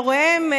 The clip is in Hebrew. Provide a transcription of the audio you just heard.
והוריהם,